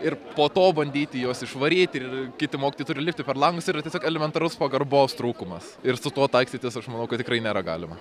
ir po to bandyti juos išvaryti ir kiti mokytojai turi lipti per langus yra tiesiog elementarus pagarbos trūkumas ir su tuo taikstytis aš manau kad tikrai nėra galima